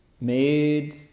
made